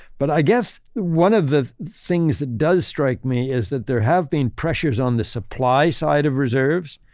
but i guess one of the things that does strike me is that there have been pressures on the supply side of reserves.